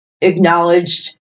acknowledged